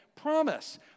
promise